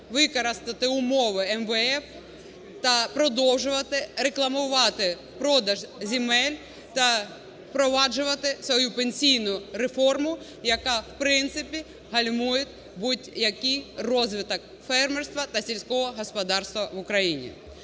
використати умови МВФ та продовжувати рекламувати продаж земель та впроваджувати свою пенсійну реформу, яка в принципі гальмує будь-який розвиток фермерства та сільського господарства в Україні.